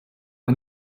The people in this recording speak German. man